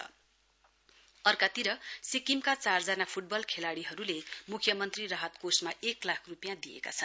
footballers donation सिक्किमका चारजना football खेलाडीहरूले मुख्यमन्त्री राहत कोषमा एक लाख रूपियाँ दिएका छन्